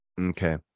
Okay